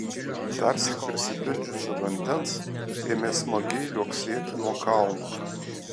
darsyk prisipildžiusi vandens ėmė smagiai liuoksėti nuo kalno